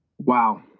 Wow